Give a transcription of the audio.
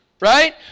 right